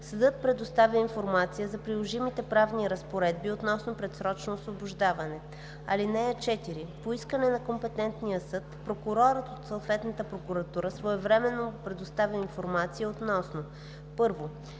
съдът предоставя информация за приложимите правни разпоредби относно предсрочното освобождаване. (4) По искане на компетентния съд, прокурорът от съответната прокуратура своевременно му предоставя информация относно: 1.